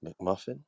McMuffin